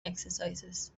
exercises